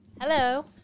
Hello